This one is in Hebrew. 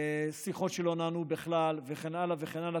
שיחות שלא נענו בכלל וכן הלאה וכן הלאה,